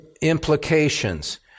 implications